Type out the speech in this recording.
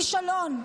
כישלון.